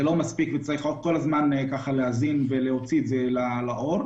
זה לא מספיק וצריך כל הזמן להזין ולהוציא את זה לאור.